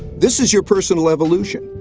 this is your personal evolution,